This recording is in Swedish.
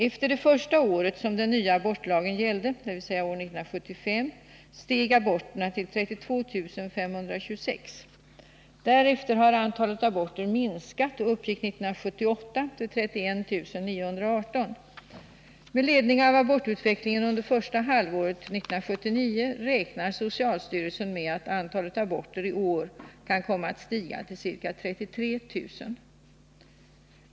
Under det första året som den nya abortlagen gällde, dvs. år 1975, steg aborterna till 32 526. Därefter har antalet aborter minskat och uppgick år 1978 till 31 918. Med ledning av abortutvecklingen under första halvåret 1979 räknar socialstyrelsen med att antalet aborter i år kan komma att stiga till ca 33 000.